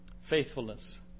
faithfulness